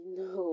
no